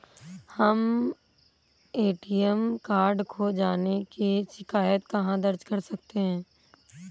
हम ATM card खो जाने की शिकायत कहाँ दर्ज कर सकते हैं?